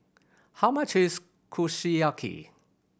how much is Kushiyaki